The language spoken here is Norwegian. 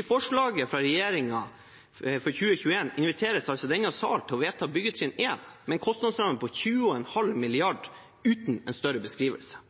I forslaget fra regjeringen for 2021 inviteres altså denne sal til å vedta byggetrinn 1 med en kostnadsramme på 20,5 mrd. kr uten en større beskrivelse.